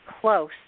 close